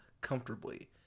comfortably